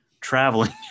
traveling